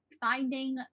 finding